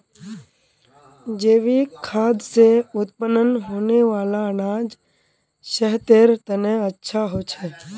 जैविक खाद से उत्पन्न होने वाला अनाज सेहतेर तने अच्छा होछे